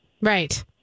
Right